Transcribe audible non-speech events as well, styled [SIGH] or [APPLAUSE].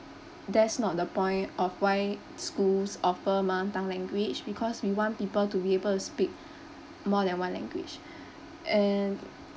that's not the point of why schools offer mother tongue language because we want people to be able to speak more than one language [BREATH] and